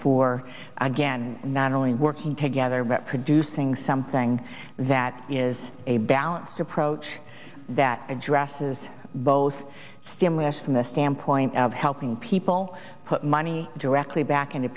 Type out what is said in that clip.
for again not only working together producing something that is a balanced approach that addresses both stimulus from the standpoint of helping people put money directly back into